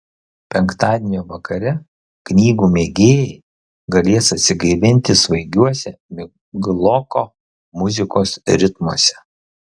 penktadienio vakare knygų mėgėjai galės atsigaivinti svaigiuose migloko muzikos ritmuose